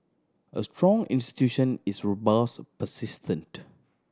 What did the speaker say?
a strong institution is robust persistent